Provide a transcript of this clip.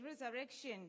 resurrection